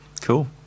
cool